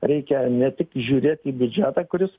reikia ne tik žiūrėt į biudžetą kuris